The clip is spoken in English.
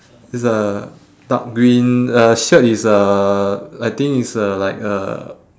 it's a dark green uh shirt is uh I think is a like a